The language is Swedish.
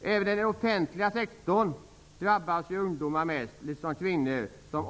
Även inom den offentliga sektorn drabbas ungdomar och kvinnor mest.